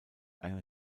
eine